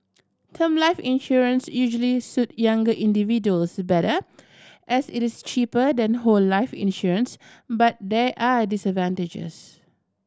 term life insurance usually suit younger individuals better as it is cheaper than whole life insurance but there are disadvantages